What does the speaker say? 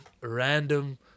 random